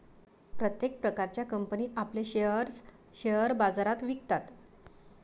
प्रत्येक प्रकारच्या कंपनी आपले शेअर्स शेअर बाजारात विकतात